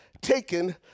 taken